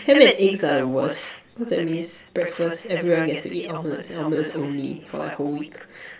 ham and eggs are the worse cause that means breakfast everyone gets to eat omelets and omelets only for the whole week